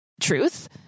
truth